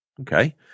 Okay